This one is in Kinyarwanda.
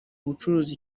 ubucuruzi